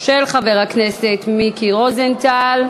של חבר הכנסת מיקי רוזנטל.